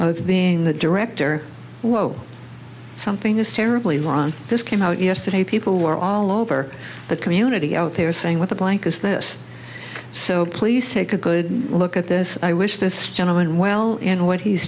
of being the director whoa something is terribly wrong this came out yesterday people were all over the community out there saying what the blank is this so please take a good look at this i wish this gentleman well and what he's